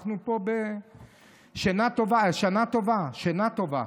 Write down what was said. אנחנו פה בשינה טובה, שנה טובה, שינה טובה.